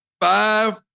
Five